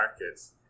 markets